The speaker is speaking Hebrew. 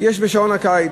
יש בשעון הקיץ,